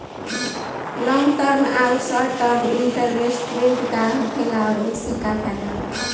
Long term आउर short term investment का होखेला और ओसे का फायदा बा?